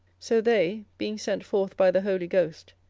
so they, being sent forth by the holy ghost,